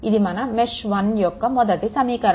ఇది మన మెష్1 యొక్క మొదటి సమీకరణం